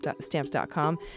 stamps.com